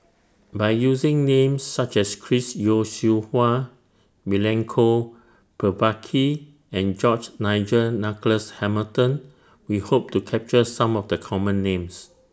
By using Names such as Chris Yeo Siew Hua Milenko Prvacki and George Nigel Douglas Hamilton We Hope to capture Some of The Common Names